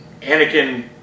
Anakin